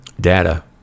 data